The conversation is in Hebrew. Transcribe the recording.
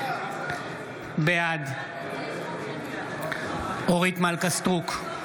בעד אורית מלכה סטרוק,